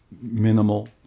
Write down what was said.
minimal